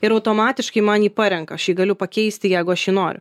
ir automatiškai man jį parenka aš jį galiu pakeisti jeigu aš jį noriu